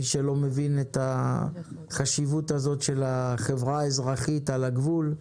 מי שלא מבין את החשיבות הזאת של החברה האזרחית על הגבול,